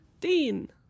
dean